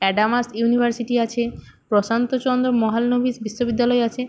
Adamas University আছে প্রশান্তচন্দ্র মহলানবিশ বিশ্ববিদ্যালয় আছে